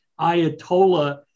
Ayatollah